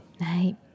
Right